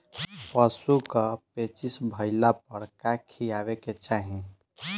पशु क पेचिश भईला पर का खियावे के चाहीं?